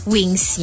Wings